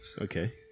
Okay